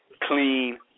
Clean